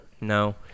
No